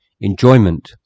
enjoyment